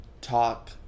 talk